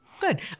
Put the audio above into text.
Good